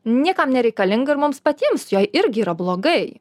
niekam nereikalinga ir mums patiems joj irgi yra blogai